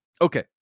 Okay